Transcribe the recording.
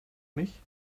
mich